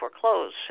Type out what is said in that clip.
foreclose